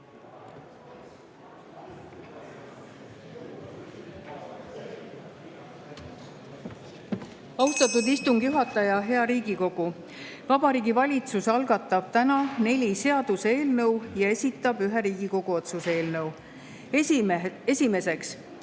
Austatud istungi juhataja! Hea Riigikogu! Vabariigi Valitsus algatab täna neli seaduseelnõu ja esitab ühe Riigikogu otsuse eelnõu. Esiteks,